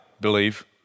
Believe